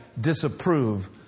disapprove